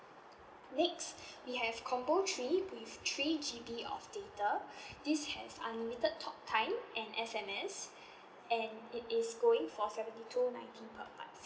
next we have combo three with three G_B of data this has unlimited talk time and S_M_S and it is going for seventy two ninety per month